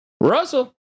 Russell